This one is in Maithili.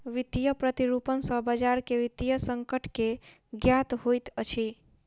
वित्तीय प्रतिरूपण सॅ बजार के वित्तीय संकट के ज्ञात होइत अछि